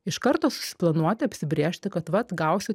iš karto susiplanuoti apsibrėžti kad vat gausiu